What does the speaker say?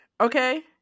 Okay